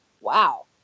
Wow